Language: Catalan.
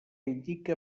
indica